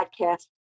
podcast